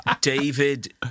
David